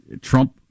Trump